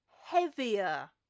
heavier